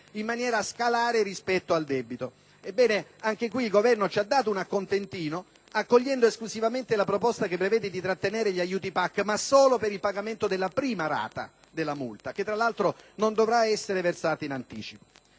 versamento delle singole rate. Ebbene, anche qui il Governo ci ha dato un "contentino" accogliendo esclusivamente la proposta che prevede di trattenere gli aiuti PAC, ma solo sul pagamento della prima rata della multa, che tra l'altro non dovrà essere versata in anticipo.